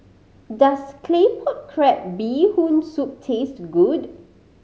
does Claypot Crab Bee Hoon Soup taste good